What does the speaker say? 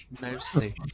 mostly